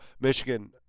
Michigan